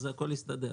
אז הכול יסתדר.